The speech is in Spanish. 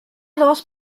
dos